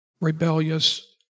rebellious